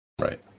right